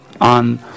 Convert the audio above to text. on